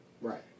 Right